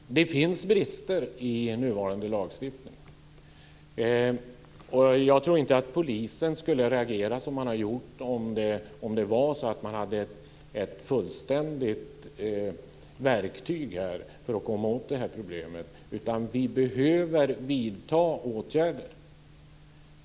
Fru talman! Det finns brister i nuvarande lagstiftning. Jag tror inte att polisen skulle reagera som den har gjort om det var så att den hade ett fullständigt verktyg för att komma åt detta problem. Vi behöver vidta åtgärder.